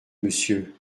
monsieur